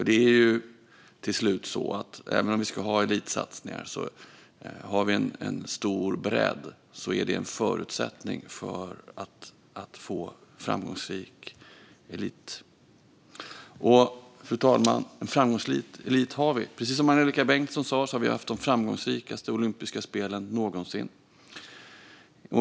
Det är ju till slut så, även om vi ska ha elitsatsningar, att en stor bredd är en förutsättning för att få en framgångsrik elit. Fru talman! En framgångsrik elit har vi. Precis som Angelika Bengtsson sa har vi haft de framgångsrikaste olympiska spelen någonsin.